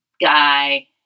guy